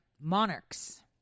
monarchs